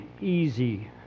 easy